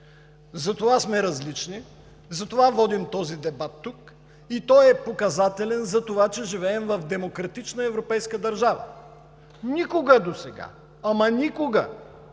Затова сме различни, затова водим този дебат тук и той е показателен, че живеем в демократична европейска държава. Никога досега, ама никога